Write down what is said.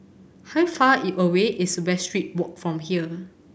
how far is away is Westridge Walk from here